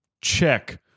Check